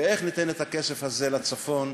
ואיך ניתן את הכסף הזה לצפון.